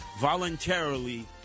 voluntarily